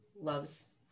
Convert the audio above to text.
loves